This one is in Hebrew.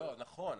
נכון,